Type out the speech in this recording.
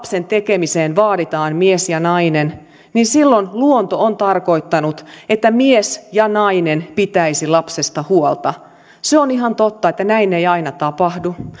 lapsen tekemiseen vaaditaan mies ja nainen niin silloin luonto on tarkoittanut että mies ja nainen pitäisivät lapsesta huolta se on ihan totta että näin ei aina tapahdu